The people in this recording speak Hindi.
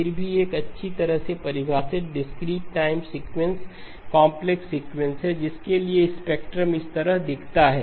फिर भी यह एक अच्छी तरह से परिभाषित discrete time sequence complex sequence है जिसके लिए स्पेक्ट्रम इस तरह दिखता है